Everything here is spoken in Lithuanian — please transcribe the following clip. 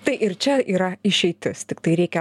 tai ir čia yra išeitis tiktai reikia